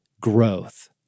growth